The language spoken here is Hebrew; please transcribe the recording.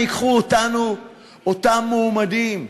לאן ייקחו אותנו אותם מועמדים?